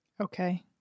okay